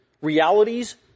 realities